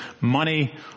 money